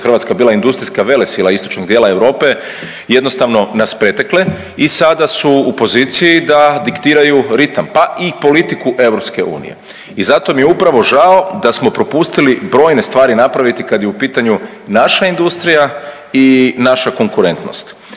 Hrvatska bila industrijska velesila istočnog dijela Europe jednostavno nas pretekle i sada su u poziciji da diktiraju ritam, pa i politiku EU i zato mi je upravo žao da smo propustili brojne stvari napraviti kad je u pitanju naša industrija i naša konkurentnost